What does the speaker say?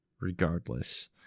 regardless